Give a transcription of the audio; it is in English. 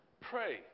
Pray